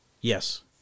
yes